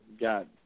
got